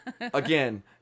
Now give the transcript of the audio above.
Again